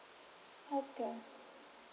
okay